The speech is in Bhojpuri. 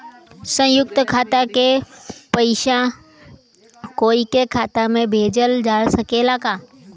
संयुक्त खाता से पयिसा कोई के खाता में भेजल जा सकत ह का?